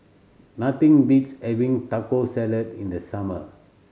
nothing beats having Taco Salad in the summer